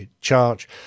charge